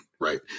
right